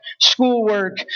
schoolwork